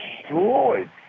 destroyed